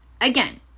Again